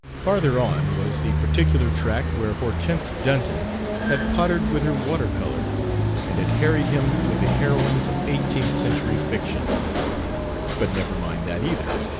farther on was the particular tract where hortense dunton had pottered with her water-colors and had harried him with the heroines of eighteenth century fiction but never mind that, either.